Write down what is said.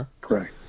Correct